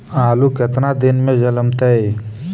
आलू केतना दिन में जलमतइ?